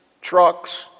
trucks